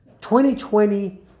2020